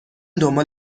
دنبال